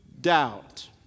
doubt